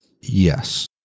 Yes